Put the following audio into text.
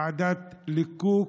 ועדת ליקוק,